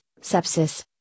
sepsis